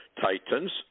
titans